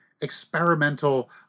experimental